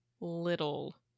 little